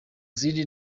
zindi